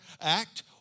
act